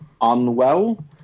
Unwell